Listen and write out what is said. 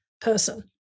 person